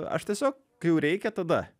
aš tiesiog kai jau reikia tada